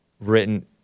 written